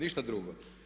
Ništa drugo.